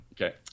okay